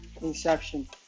Inception